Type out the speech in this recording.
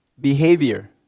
behavior